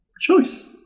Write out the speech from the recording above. choice